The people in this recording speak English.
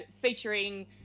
featuring